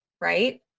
Right